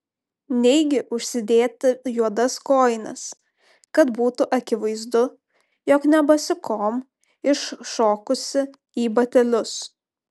neigi užsidėti juodas kojines kad būtų akivaizdu jog ne basikom iššokusi į batelius